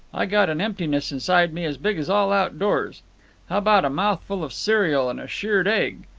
i got an emptiness inside me as big as all outdoors. how about a mouthful of cereal and a shirred egg?